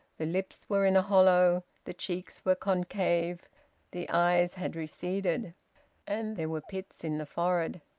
the lips were in a hollow the cheeks were concave the eyes had receded and there were pits in the forehead.